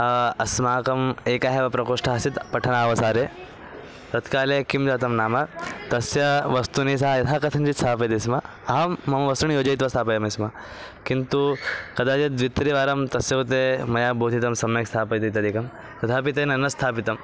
अस्माकम् एकः एव प्रकोष्ठः आसीत् पठनावसरे तत्काले किं जातं नाम तस्य वस्तूनि सः यथा कथञ्चित् स्थापयति स्म अहं मम वस्तूनि योजयित्वा स्थापयामि स्म किन्तु कदाचित् द्वित्रिवारं तस्य कृते मया बोधितं सम्यक् स्थापयतु इत्यादिकं तथापि तेन न स्थापितं